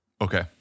Okay